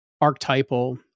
archetypal